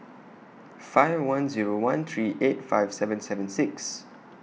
five one Zero one three eight five seven seven six